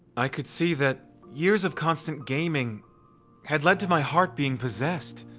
i could see that years of constant gaming had led to my heart being possessed.